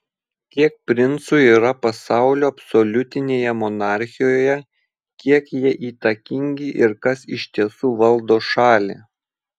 kiek princų yra pasaulio absoliutinėje monarchijoje kiek jie įtakingi ir kas iš tiesų valdo šalį